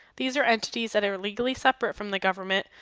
these are entities that are legally separate from the government,